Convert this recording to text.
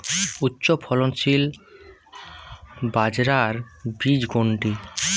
উচ্চফলনশীল বাজরার বীজ কোনটি?